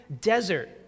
desert